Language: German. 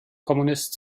kommunist